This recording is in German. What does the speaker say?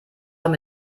doch